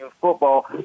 football